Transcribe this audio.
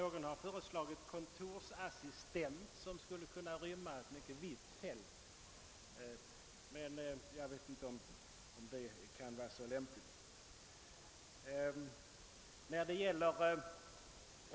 Någon har föreslagit >kontorsassistent» som skulle kunna täcka ett mycket vitt fält.